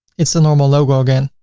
it's a normal logo again,